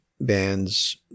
bands